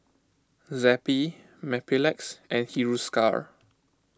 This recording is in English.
Zappy Mepilex and Hiruscar